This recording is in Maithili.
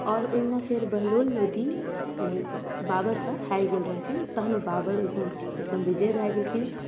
आओर ओइमे सँ बहलोल लोदी बाबरसँ हारि गेल रहथिन तहन ओ बाबर एकदम एकदम विजय भए गेलखिन